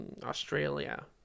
Australia